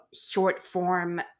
short-form